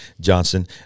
Johnson